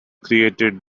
created